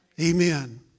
Amen